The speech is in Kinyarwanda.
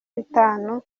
bitanu